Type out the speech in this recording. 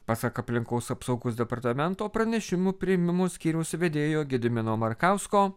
pasak aplinkos apsaugos departamento pranešimų priėmimo skyriaus vedėjo gedimino markausko